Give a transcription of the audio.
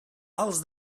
els